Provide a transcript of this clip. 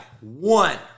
One